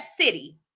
city